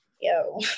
yo